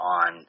on